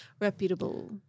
reputable